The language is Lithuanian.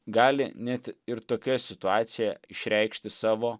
gali net ir tokioje situacijoje išreikšti savo